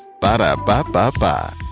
Ba-da-ba-ba-ba